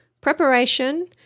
preparation